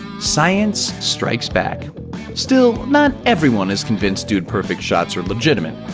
science strikes back still, not everyone is convinced dude perfect's shots are legitimate.